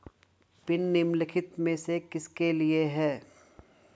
Pin निम्नलिखित में से किसके लिए है?